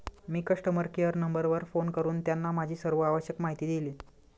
मी customer care नंबरवर phone करून त्यांना माझी सर्व आवश्यक माहिती दिली